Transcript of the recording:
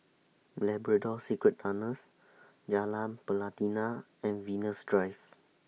Labrador Secret Tunnels Jalan Pelatina and Venus Drive